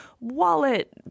wallet